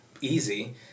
easy